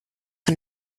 von